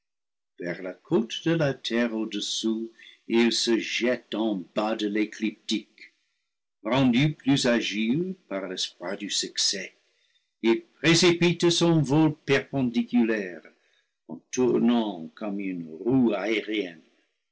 vers la côte de la terre au-dessous il se jette en bas de l'écliptique rendu plus agile par l'espoir du succès il précipite son vol perpendiculaire en tournant comme une roue aérienne